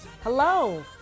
Hello